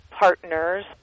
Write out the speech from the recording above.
Partners